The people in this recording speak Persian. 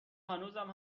هنوزم